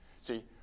See